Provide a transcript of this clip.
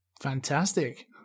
fantastic